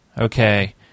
okay